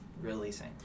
releasing